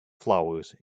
flowers